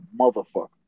motherfucker